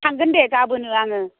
थांगोन दे गाबोनो आङो